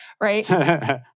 right